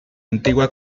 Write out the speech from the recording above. antigua